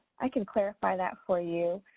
i can clarify that for you.